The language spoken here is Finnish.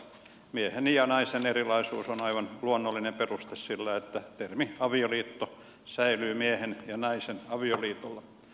miehen ja naisen erilaisuus on aivan luonnollinen peruste sille että termi avioliitto säilyy miehen ja naisen avioliitolla